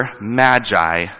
magi